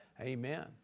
Amen